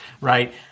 right